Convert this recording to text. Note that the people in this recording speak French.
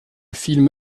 film